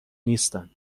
نیستن